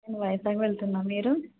నేను వైజాగ్ వెళ్తున్నా మీరు